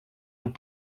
nous